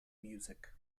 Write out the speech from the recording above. music